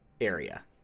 area